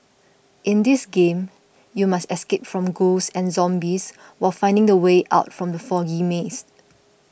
in this game you must escape from ghosts and zombies while finding the way out from the foggy maze